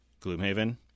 gloomhaven